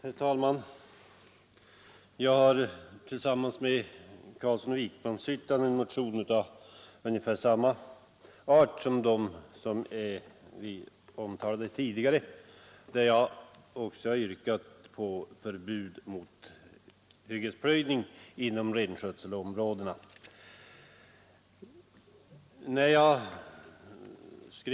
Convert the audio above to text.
Herr talman! Jag har tillsammans med herr Carlsson i Vikmanshyttan väckt en motion av ungefär samma art som dem vi tidigare talat om, vari vi yrkar på förbud mot hyggesplöjning inom renskötselområdena.